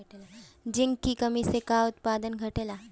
Zinc की कमी से का उत्पादन घटेला?